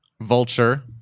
Vulture